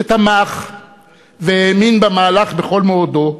שתמך והאמין במהלך בכל מאודו,